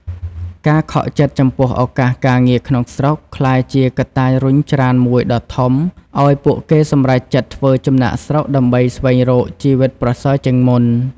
ការខកចិត្តចំពោះឱកាសការងារក្នុងស្រុក ក្លាយជាកម្លាំងរុញច្រានមួយដ៏ធំឱ្យពួកគេសម្រេចចិត្តធ្វើចំណាកស្រុកដើម្បីស្វែងរកជីវិតប្រសើរជាងមុន។